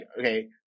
okay